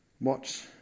Watch